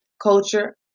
Culture